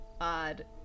Odd